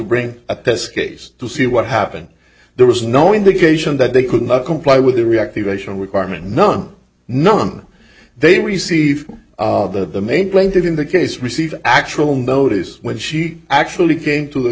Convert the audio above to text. bring a test case to see what happened there was no indication that they could not comply with the reactivation requirement none none they received that the main plaintiff in the case received actual notice when she actually came to the